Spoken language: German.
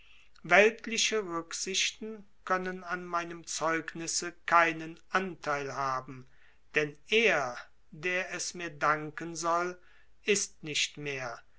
weltliche rücksichten können an meinem zeugnisse keinen anteil haben denn er der es mir danken soll ist nicht mehr